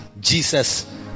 Jesus